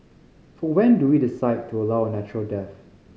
for when do we decide to allow a natural death